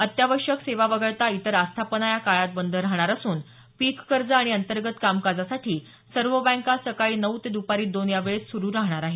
अत्यावश्यक सेवा वगळता इतर आस्थापना या काळात बंद राहणार असून पीक कर्ज आणि अंतर्गत कामकाजासाठी सर्व बँका सकाळी नऊ ते दुपारी दोन या वेळेत सुरु राहणार आहेत